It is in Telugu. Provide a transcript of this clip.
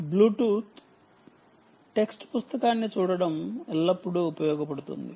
బ్లూటూత్ టెక్స్ట్ పుస్తకాన్ని చూడటం ఎల్లప్పుడూ ఉపయోగపడుతుంది